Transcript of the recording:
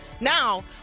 now